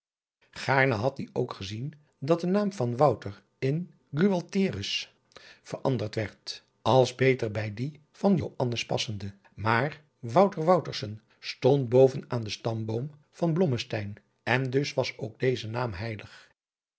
gaarne had die ook gezien dat de naam van wouter in gualtherus veranderd werd als beter bij die van joannes passende maar wouter woutersen stond boven aan den stamboom van blommesteyn en dus was ook deze naam heilig